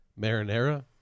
marinara